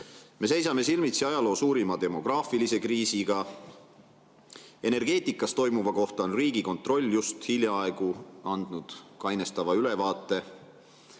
Me seisame silmitsi ajaloo suurima demograafilise kriisiga. Energeetikas toimuva kohta on Riigikontroll just hiljaaegu andnud kainestava ülevaate: